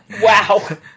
Wow